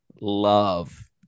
love